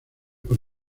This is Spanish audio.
por